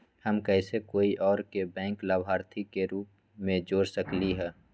हम कैसे कोई और के बैंक लाभार्थी के रूप में जोर सकली ह?